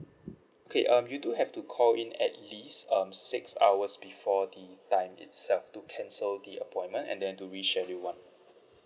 okay um you do have to call in at least um six hours before the time itself to cancel the appointment and then to reschedule one